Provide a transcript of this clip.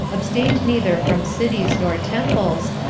abstained neither from cities nor temples,